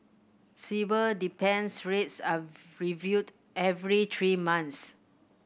Sibor dependent rates are reviewed every three months